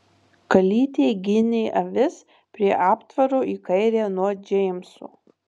kalytė ginė avis prie aptvaro į kairę nuo džeimso